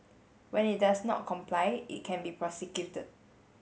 when it does not comply it can be prosecuted